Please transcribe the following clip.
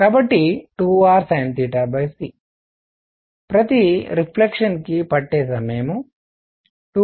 కాబట్టి 2rsinc ప్రతి reflection కి పట్టే సమయం 2rsinc